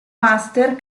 master